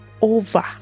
over